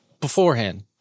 beforehand